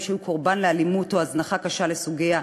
שהיו קורבן לאלימות או להזנחה קשה לסוגיה